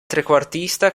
trequartista